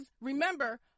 remember